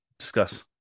discuss